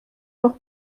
noch